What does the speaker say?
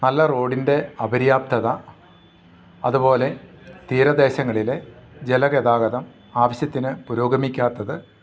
നല്ല റോഡിൻ്റെ അപര്യാപ്തത അതുപോലെ തീര ദേശങ്ങളിലെ ജല ഗതാഗതം ആവശ്യത്തിന് പുരോഗമിക്കാത്തത്